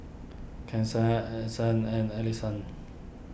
Kasen Addyson and Alesha